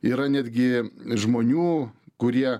yra netgi žmonių kurie